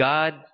God